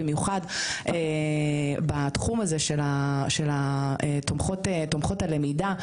במיוחד בתחום הזה של תומכות הלימדה,